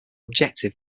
objective